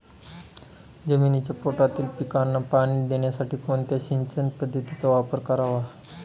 जमिनीच्या पोटातील पिकांना पाणी देण्यासाठी कोणत्या सिंचन पद्धतीचा वापर करावा?